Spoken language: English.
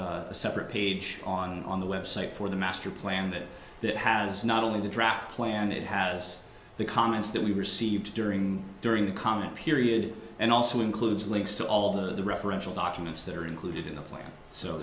separate page on the website for the master plan that that has not only the draft plan it has the comments that we received during during the current period and also includes links to all the referential documents that are included in the plan so